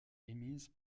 émises